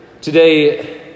today